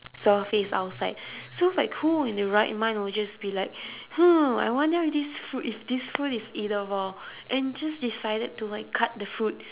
surface outside so like who in their right mind will just be like hmm I wonder if this fruit if this fruit is edible and just decided to like cut the fruit